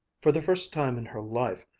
for the first time in her life,